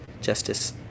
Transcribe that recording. Justice